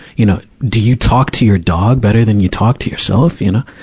you know, do you talk to your dog better than you talk to yourself, you know?